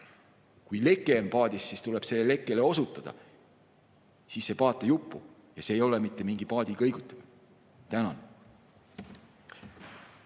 Kui leke on paadis, siis tuleb sellele lekkele osutada, sel juhul see paat ei upu. See ei ole mitte mingi paadikõigutamine. Tänan!